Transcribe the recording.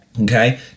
Okay